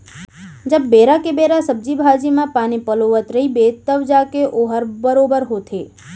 जब बेरा के बेरा सब्जी भाजी म पानी पलोवत रइबे तव जाके वोहर बरोबर होथे